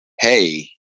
Hey